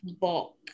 bulk